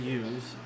use